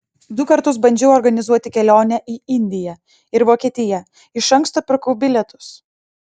du kartus bandžiau organizuoti kelionę į indiją ir vokietiją iš anksto pirkau bilietus